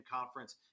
conference